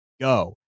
go